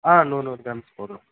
ஆ நூறு நூறு கிராம் போதும்